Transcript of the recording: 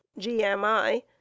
GMI